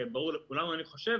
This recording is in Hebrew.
ברור לכולם אני חושב,